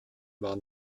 war